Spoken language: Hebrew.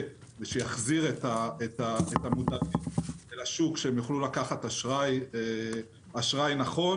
שיחזיר את המודרים לשוק ושהם יוכלו לקחת אשראי נכון.